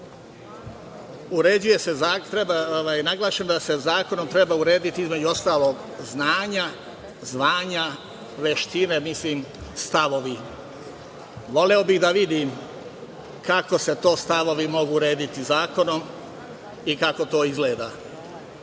primera radi, naglašeno je da se zakonom treba urediti, između ostalog, znanja, zvanja, veštine i stavovi. Voleo bih da vidim kako se to stavovi mogu urediti zakonom i kako to izgleda.